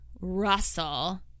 Russell